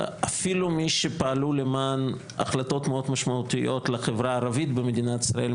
אפילו מי שפעלו למען החלטות מאוד משמעותיות לחברה הערבית במדינת ישראל,